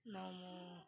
ನಾಮೂ